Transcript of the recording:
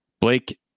Blake